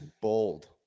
bold